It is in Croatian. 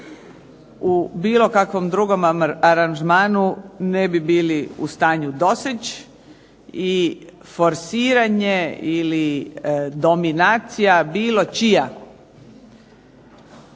u bilo kakvom drugom aranžmanu ne bi bili u stanju doseći, ali forsiranje ili dominacija bilo čija